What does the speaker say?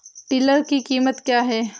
Tiller की कीमत क्या है?